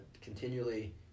continually